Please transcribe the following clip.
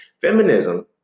Feminism